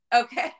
okay